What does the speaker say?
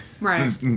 right